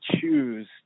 choose